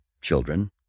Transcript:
children